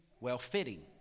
well-fitting